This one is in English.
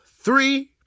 three